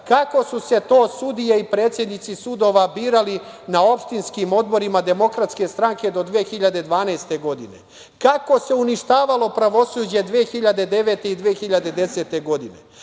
kako su se to sudije i predsednici sudova, birali na opštinskim odborima DS do 2012. godine. Kako se uništavalo pravosuđe 2009. i 2010. godine. Koliko